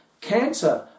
cancer